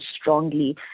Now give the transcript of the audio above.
strongly